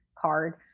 card